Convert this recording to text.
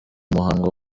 muhango